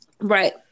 right